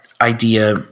idea